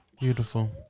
Beautiful